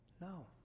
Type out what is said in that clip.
No